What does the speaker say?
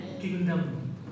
Kingdom